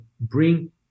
bring